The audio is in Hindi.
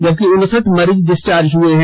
जबकि उनसठ मरीज डिस्चार्ज हुए हैं